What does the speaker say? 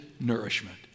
nourishment